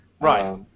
right